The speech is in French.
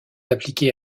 appliquées